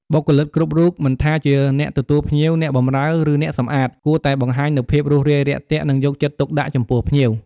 បុគ្គលិកគ្រប់រូប មិនថាជាអ្នកទទួលភ្ញៀវ អ្នកបម្រើ ឬអ្នកសំអាត គួរតែបង្ហាញនូវភាព រួសរាយរាក់ទាក់ និងយកចិត្តទុកដាក់ចំពោះភ្ញៀវ។